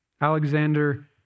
Alexander